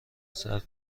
صرف